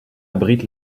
abrite